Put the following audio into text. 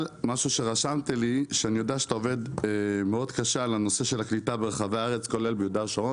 אני יודע שאתה עובד מאוד קשה על הנושא של הקליטה ברחבי הארץ: נגב,